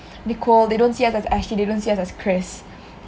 nicole they don't see us as ashley they don't see us as chris